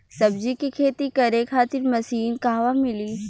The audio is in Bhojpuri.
सब्जी के खेती करे खातिर मशीन कहवा मिली?